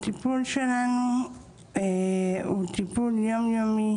הטיפול שלנו הוא טיפול יום-יומי,